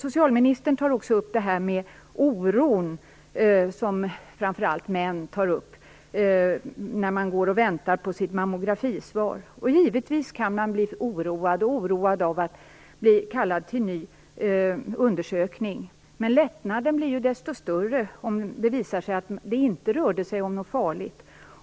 Socialministern tar också, som många andra - framför allt män - har gjort, upp detta med den oro som man kan känna när man går och väntar på mammografisvaret. Givetvis kan man bli oroad, liksom man kan bli det av att bli kallad till en ny undersökning. Men lättnaden blir ju desto större om det visar sig att det inte rör sig om något farligt.